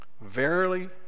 Verily